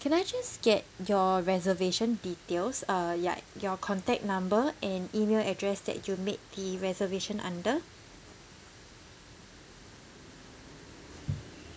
can I just get your reservation details uh ya your contact number and email address that you made the reservation under